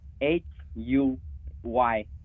H-U-Y